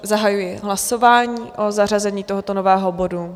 Zahajuji hlasování o zařazení tohoto nového bodu.